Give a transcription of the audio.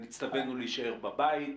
נצטווינו להישאר בבית.